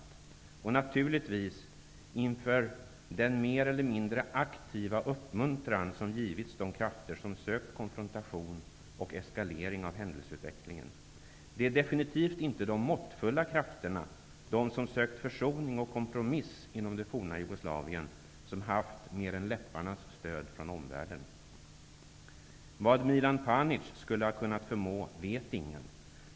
Det är naturligtvis inför den mer eller mindre aktiva uppmuntran som givits de krafter som sökt konfrontation och eskalering av händelseutvecklingen. Det är definitivt inte de måttfulla krafterna, de som sökt försoning och kompromiss inom det forna Jugoslavien, som har haft mer än läpparnas stöd från omvärlden. Vad Milan Panic skulle ha kunnat förmå göra vet ingen.